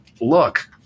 look